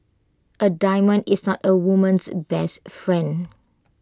A diamond is not A woman's best friend